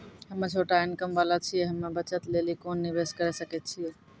हम्मय छोटा इनकम वाला छियै, हम्मय बचत लेली कोंन निवेश करें सकय छियै?